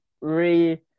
re